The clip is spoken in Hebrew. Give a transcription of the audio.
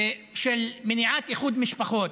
של מניעת איחוד משפחות.